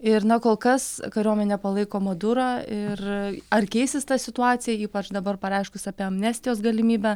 ir na kol kas kariuomenė palaiko madurą ir ar keisis ta situacija ypač dabar pareiškus apie amnestijos galimybę